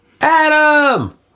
Adam